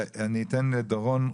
אני אתן לדורון רז,